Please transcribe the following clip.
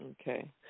Okay